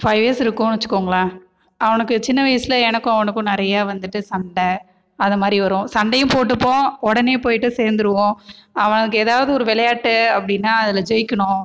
five years இருக்குதுனு வச்சுக்கோங்கள அவனுக்கு சின்ன வயதில் எனக்கும் அவனுக்கும் நிறைய வந்துகிட்டு சண்டை அதை மாதிரி வரும் சண்டையும் போட்டுப்போம் உடனே போயிட்டு சேர்ந்துருவோம் அவனுக்கு எதாவது ஓரு விளையாட்டு அப்படின்னா அதில் ஜெயிக்கணும்